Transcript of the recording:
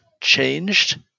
changed